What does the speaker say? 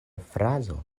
frazo